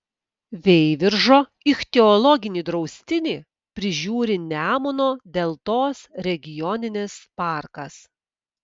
veiviržo ichtiologinį draustinį prižiūri nemuno deltos regioninis parkas